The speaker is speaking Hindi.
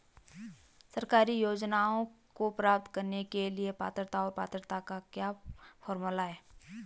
सरकारी योजनाओं को प्राप्त करने के लिए पात्रता और पात्रता का क्या फार्मूला है?